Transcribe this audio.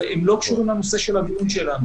אבל זה לא קשור לנושא של הדיון שלנו.